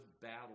battle